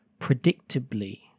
predictably